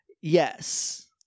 Yes